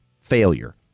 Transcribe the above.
failure